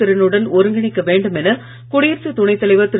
திறனுடன் ஒருங்கிணைக்க வேண்டும் என குடியரசுத் துணை தலைவர் திரு